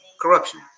corruption